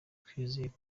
twizeye